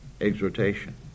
exhortation